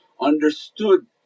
understood